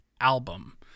album